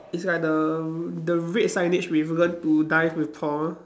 is like the the red signage with learn to dive with Paul